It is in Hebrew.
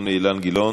אדוני אילן גילאון,